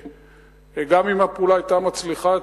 גם אם הפעולה היתה מצליחה,